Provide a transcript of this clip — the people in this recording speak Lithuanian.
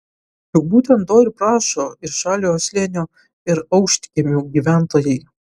juk būtent to ir prašo ir žaliojo slėnio ir aukštkiemių gyventojai